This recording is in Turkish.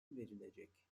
verilecek